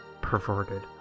perverted